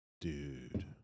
Dude